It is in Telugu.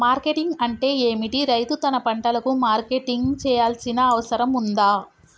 మార్కెటింగ్ అంటే ఏమిటి? రైతు తన పంటలకు మార్కెటింగ్ చేయాల్సిన అవసరం ఉందా?